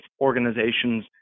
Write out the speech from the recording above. organizations